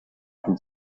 can